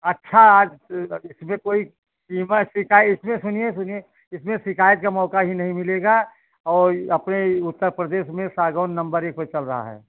अच्छा आज इसमें कोई दीमक सिकाई इसमें सुनिए सुनिए इसमें शिकायत का मौका ही नहीं मिलेगा और उत्तर प्रदेश में सागौन नम्बर एक पर चल रहा है